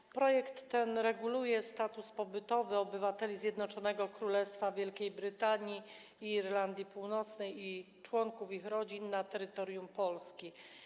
Omawiany projekt reguluje status pobytowy obywateli Zjednoczonego Królestwa Wielkiej Brytanii i Irlandii Północnej oraz członków ich rodzin na terytorium Polski.